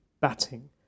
batting